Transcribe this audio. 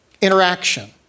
interaction